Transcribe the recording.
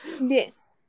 yes